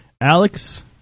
Alex